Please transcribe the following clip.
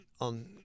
on